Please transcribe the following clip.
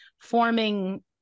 forming